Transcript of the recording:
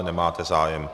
Nemáte zájem.